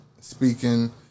speaking